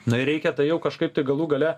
na ir reikia tai jau kažkaip tai galų gale